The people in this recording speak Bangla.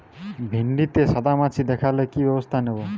ভিন্ডিতে সাদা মাছি দেখালে কি ব্যবস্থা নেবো?